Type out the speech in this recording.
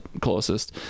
closest